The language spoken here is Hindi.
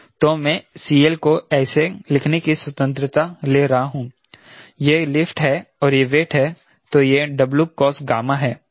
तो मैं CL को एसे लिखने की स्वतंत्रता ले रहा हूं यह लिफ्ट है और यह वेट है तो यह W cos गामा है